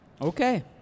Okay